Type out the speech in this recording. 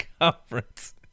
conference